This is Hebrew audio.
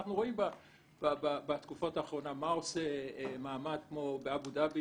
אנחנו רואים בתקופה האחרונה מה עושה מעמד כמו באבו דאבי